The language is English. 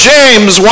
James